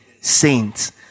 saints